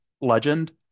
legend